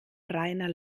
reiner